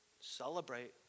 celebrate